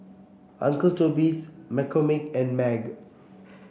Uncle Toby's McCormick and MAG